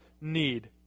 need